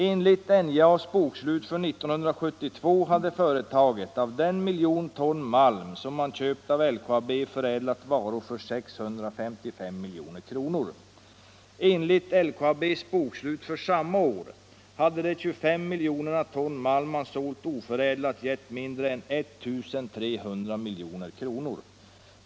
Enligt NJA:s bokslut för 1972 hade företaget av den miljon ton malm som man köpt av LKAB förädlat varor för 655 milj.kr. Enligt LKAB:s bokslut för samma år hade de 25 miljoner ton malm som man sålt oförädlade gett mindre än 1 300 milj.kr.